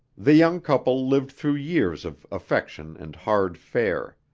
the young couple lived through years of affection and hard fare.